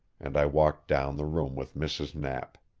and i walked down the room with mrs. knapp.